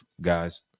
guys